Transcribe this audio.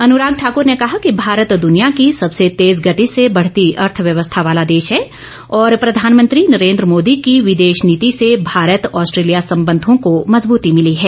अनुराग ठाकूर ने कहा कि भारत दूनिया की सबसे तेज गति से बढ़ती अर्थव्यवस्था वाला देश है और प्रधानमंत्री नरेन्द्र मोदी की विदेश नीति से भारत ऑस्ट्रेलिया संबंधों को मजबूती मिली है